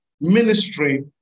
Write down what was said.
ministry